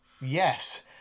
Yes